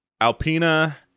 Alpina